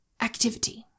activity